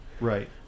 Right